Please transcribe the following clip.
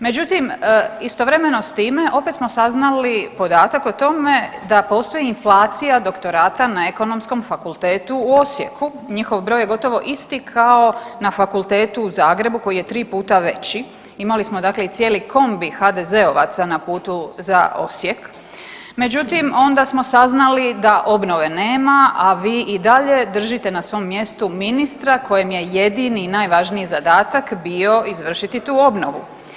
Međutim, istovremeno s time opet smo saznali podatak o tome da postoji inflacija doktorata na Ekonomskom fakultetu u Osijeku, njihov broj je gotovo isti kao na fakultetu u Zagrebu koji je 3 puta veći, imali smo dakle i cijeli kombi HDZ-ovaca na putu za Osijek, međutim onda smo saznali da obnove nema, a vi i dalje držite na svom mjestu ministra kojem je jedini i najvažniji zadatak bio izvršiti tu obnovu.